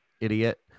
idiot